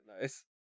nice